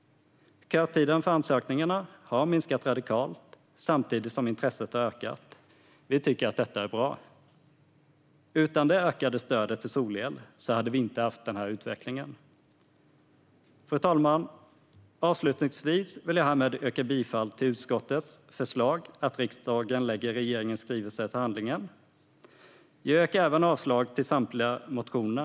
Kötiden för ansökningarna har minskat radikalt, samtidigt som intresset har ökat. Vi tycker att detta är bra. Utan det ökade stödet till solel hade vi inte haft den här utvecklingen. Fru talman! Avslutningsvis vill jag härmed yrka bifall till utskottets förslag att riksdagen lägger regeringens skrivelse till handlingarna, och jag avstyrker samtliga motioner.